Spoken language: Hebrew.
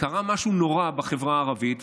קרה משהו נורא בחברה הערבית,